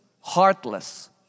heartless